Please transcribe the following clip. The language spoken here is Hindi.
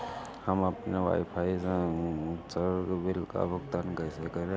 हम अपने वाईफाई संसर्ग बिल का भुगतान कैसे करें?